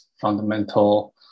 fundamental